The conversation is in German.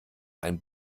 ein